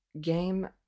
game